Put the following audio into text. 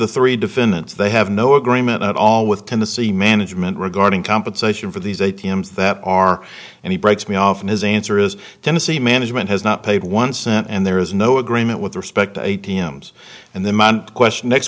the three defendants they have no agreement at all with tennessee management regarding compensation for these a teams that are and he breaks me off and his answer is tennessee management has not paid one cent and there is no agreement with respect a t m and the question next